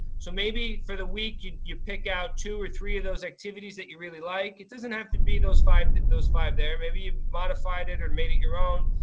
so maybe for the week you you pick out two or three of those activities that you really like. it doesn't have to be those five those five there. maybe you've modified it or made your own,